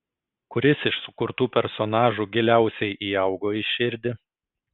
kuris iš sukurtų personažų giliausiai įaugo į širdį